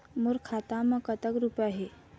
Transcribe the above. मोर खाता मैं कतक रुपया हे?